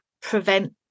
prevent